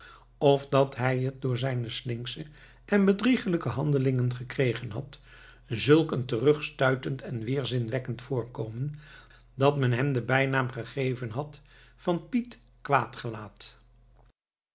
of dat hij het door zijne slinksche en bedriegelijke handelingen gekregen had zulk een terugstuitend en weerzinwekkend voorkomen dat men hem den bijnaam gegeven had van pieter